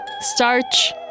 Starch